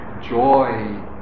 joy